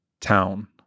town